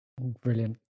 Brilliant